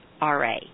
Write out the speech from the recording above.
RA